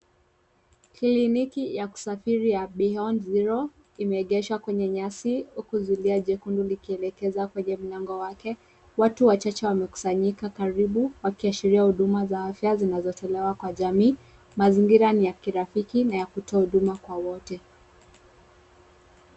Kliniki ya kusafiri ya Beyond Zero imeegeshwa kwenye nyasi huku zulia jekundu likielekeza kwenye mlango wake. Watu wachache wamekusanyika karibu wakiashiria huduma za afya zinazotolewa kwa jamii. Mazingira ni ya kirafiki na ya kutoa huduma kwa wote.